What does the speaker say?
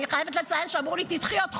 אני חייבת לציין שאמרו לי: תדחי בעוד חודש.